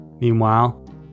Meanwhile